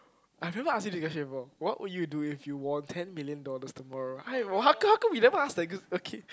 I have never ask you this question before what would you do if you won ten million dollars tomorrow hi how come how come you never ask the group okay